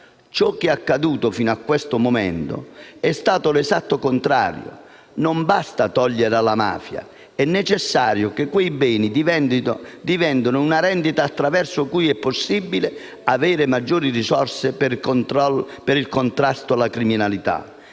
Ciò che accaduto fino a questo momento è stato l'esatto contrario. Non basta togliere alla mafia; è necessario che quei beni diventino una rendita attraverso cui è possibile avere maggiori risorse per il contrasto della criminalità.